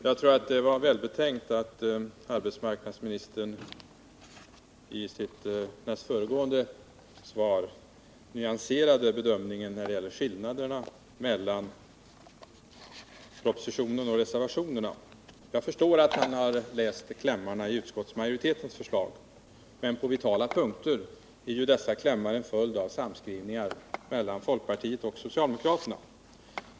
Herr talman! Jag tror att det var välbetänkt att arbetsmarknadsministern i sitt näst föregående inlägg nyanserade bedömningen när det gäller skillnaderna mellan propositionen och reservationerna. Jag förstår att han har läst klämmarna i utskottsmajoritetens förslag, men på vitala punkter är ju dessa en följd av sammanskrivningar mellan folkpartiet och socialdemokraterna.